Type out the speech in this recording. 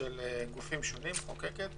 גופים שונים: מחוקקת